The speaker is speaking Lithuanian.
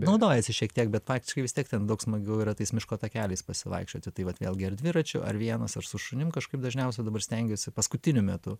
naudojasi šiek tiek bet faktiškai vis tiek ten daug smagiau yra tais miško takeliais pasivaikščioti tai vat vėlgi ar dviračiu ar vienas ar su šunim kažkaip dažniausia dabar stengiuosi paskutiniu metu